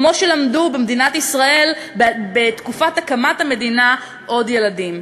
כמו שלמדו במדינת ישראל בתקופת הקמת המדינה עוד ילדים.